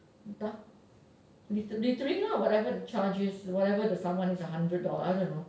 entah littering lah whatever the charge is whatever the sum is hundred dollars I don't know